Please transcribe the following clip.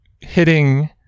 hitting